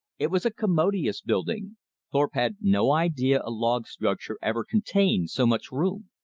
it was a commodious building thorpe had no idea a log structure ever contained so much room.